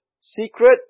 secret